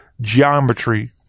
geometry